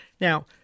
Now